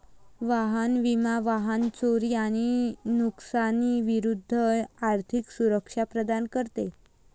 वाहन विमा वाहन चोरी आणि नुकसानी विरूद्ध आर्थिक सुरक्षा प्रदान करते